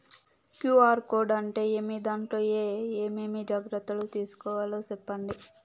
QR code అంటే ఏమి? దాంట్లో ఏ ఏమేమి జాగ్రత్తలు తీసుకోవాలో సెప్పండి?